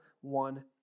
one